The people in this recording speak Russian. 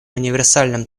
универсальным